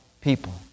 people